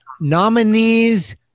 nominees